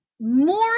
more